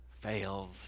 fails